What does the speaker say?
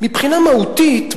מבחינה מהותית,